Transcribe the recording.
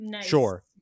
sure